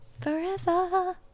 forever